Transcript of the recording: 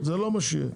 זה לא מה שיהיה,